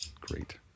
great